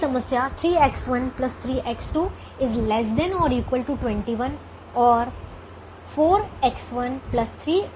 मूल समस्या 3X1 3X2 ≤ 21 और 4X1 3X2 ≤ 24 थी